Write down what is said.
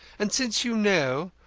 and since you know,